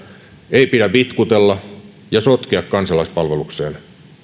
ei pidä vitkutella ja sotkea kansalaispalvelukseen